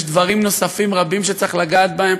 יש דברים נוספים רבים שצריך לגעת בהם,